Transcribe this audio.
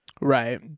right